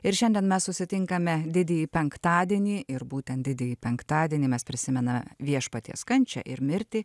ir šiandien mes susitinkame didįjį penktadienį ir būtent didįjį penktadienį mes prisimename viešpaties kančią ir mirtį